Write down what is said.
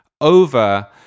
over